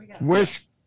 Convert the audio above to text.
wish